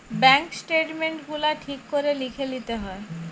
bank statement গুলা ঠিক করে লিখে লিতে হয়